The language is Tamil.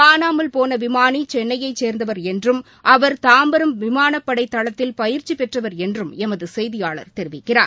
காணமல் போன விமானி சென்னையைச் சேர்ந்தவர் என்றும் அவர் தாம்பரம் விமானப் படை தளத்தில் பயிற்சி பெற்றவர் என்றும் எமது செய்தியாளர் தெரிவிக்கிறார்